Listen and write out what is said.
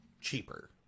Cheaper